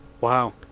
Wow